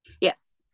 Yes